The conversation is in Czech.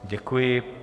Děkuji.